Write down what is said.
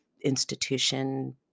Institution